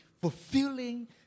fulfilling